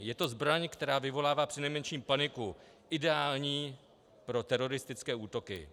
Je to zbraň, která vyvolává přinejmenším paniku, ideální pro teroristické útoky.